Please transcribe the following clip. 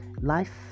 life